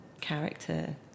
character